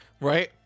Right